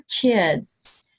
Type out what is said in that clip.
kids